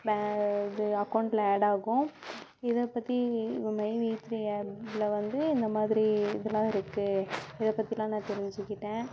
வேறு இது அகௌண்ட்டில் ஆட் ஆகும் இதை பற்றி மை வீ த்ரீ ஆப்பில் வந்து இந்தமாதிரி இது எல்லாம் இருக்கு இதை பற்றிலாம் நான் தெரிஞ்சிக்கிட்டேன்